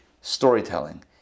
storytelling